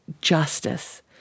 justice